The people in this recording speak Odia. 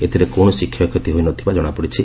ଏଥିରେ କୌଣସି କ୍ଷୟକ୍ଷତି ହୋଇ ନ ଥିବା କଣାପଡ଼ିଛି